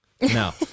No